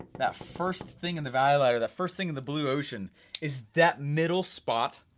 that first thing in the value ladder, the first thing in the blue ocean is that middle spot